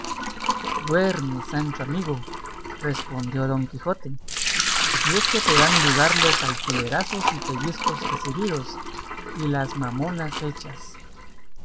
duerme sancho amigo respondió don quijote si es que te dan lugar los alfilerazos y pellizcos recebidos y las mamonas hechas